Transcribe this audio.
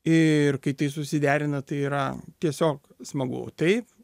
ir kai tai susiderina tai yra tiesiog smagu taip